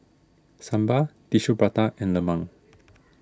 Sambal Tissue Prata and Lemang